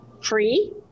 free